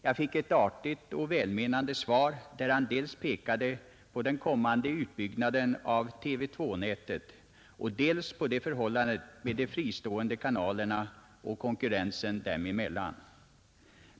Jag fick ett artigt och välmenande svar, där radiochefen hänvisade till dels den kommande utbyggnaden av TV 2-nätet, dels förhållandet med de fristående kanalerna och konkurrensen dem emellan.